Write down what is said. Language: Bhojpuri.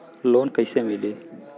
लोन कईसे मिली?